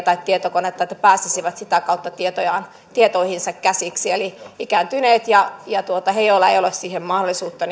tai tietokonetta ja jotka eivät pääse sitä kautta tietoihinsa käsiksi eli muistetaan ikääntyneet ja ja he joilla ei ole siihen mahdollisuutta